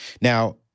Now